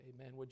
Amen